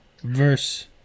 verse